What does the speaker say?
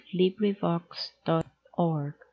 LibriVox.org